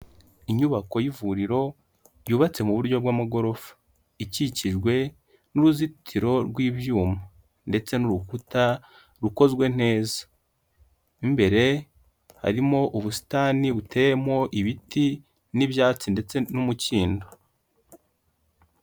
Inyubako y'ivuriro yubatse mu buryo bw'amagorofa, ikikijwe n'uruzitiro rw'ibyuma ndetse n'urukuta rukozwe neza, mo imbere harimo ubusitani buteyemo ibiti n'ibyatsi ndetse n'umukindo.